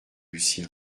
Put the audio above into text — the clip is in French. lucien